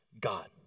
God